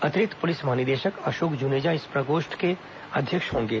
अतिरिक्त पुलिस महानिदेशक अशोक जुनेजा इस प्रकोष्ठ के अध्यक्ष होंगे